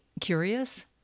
curious